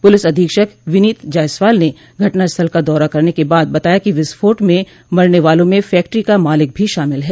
police अधीक्षक विनीत जायसवाल ने घटनास्थल का दौरा करने के बाद बताया कि विस्फोट में मरने वालों में फैक्ट्री का मालिक भी शामिल है